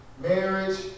marriage